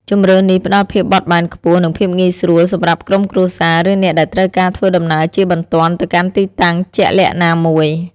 ជម្រើសនេះផ្តល់ភាពបត់បែនខ្ពស់និងភាពងាយស្រួលសម្រាប់ក្រុមគ្រួសារឬអ្នកដែលត្រូវការធ្វើដំណើរជាបន្ទាន់ទៅកាន់ទីតាំងជាក់លាក់ណាមួយ។